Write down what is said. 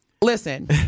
Listen